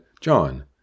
John